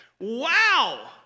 Wow